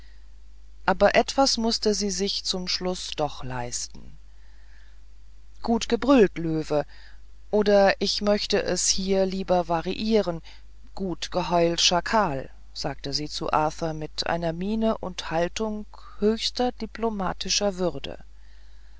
aber etwas mußte sie sich zum schluß doch leisten gut gebrüllt löwe oder ich möchte es hier lieber variieren gut geheult schakal sagte sie zu arthur mit einer miene und haltung höchster diplomatischer würde